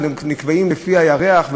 שנקבעים לפי הירח,